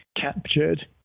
captured